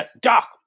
Doc